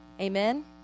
Amen